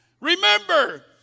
Remember